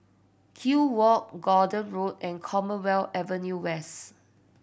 Kew Walk Gordon Road and Commonwealth Avenue West